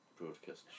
broadcast